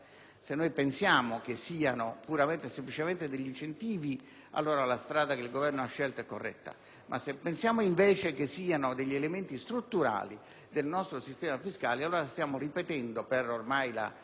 Se pensiamo che siano puramente e semplicemente degli incentivi, allora la strada che il Governo ha scelto è corretta, ma se pensiamo, invece, che siano degli elementi strutturali del nostro sistema fiscale allora stiamo ripetendo, per ormai la